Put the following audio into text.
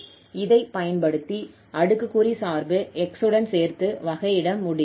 இதை பயன்படுத்தி அடுக்குக்குறி சார்பு 𝑥 உடன் சேர்த்து தொகையிட முடியும்